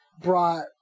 brought